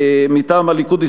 מטעם הליכוד,